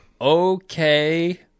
Okay